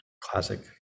classic